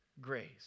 grace